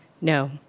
No